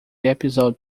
episode